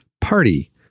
party